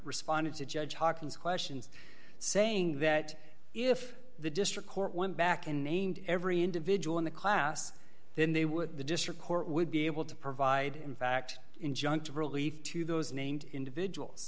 responded to judge hawkins questions saying that if the district court went back and named every individual in the class then they would the district court would be able to provide in fact injunctive relief to those named individuals